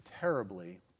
terribly